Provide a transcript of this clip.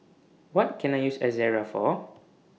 What Can I use Ezerra For